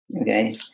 Okay